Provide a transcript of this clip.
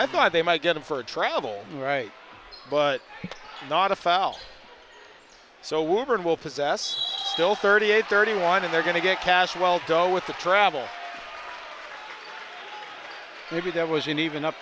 i thought they might get him for travel right but not a foul so wolverine will possess still thirty eight thirty one and they're going to get cash well done with the travel maybe that was in even up